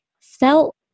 felt